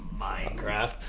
minecraft